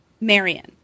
Marion